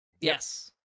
Yes